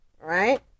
Right